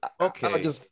okay